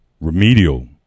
remedial